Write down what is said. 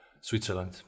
Switzerland